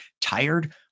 tired